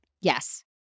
Yes